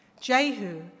Jehu